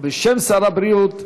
או בשם שר הבריאות,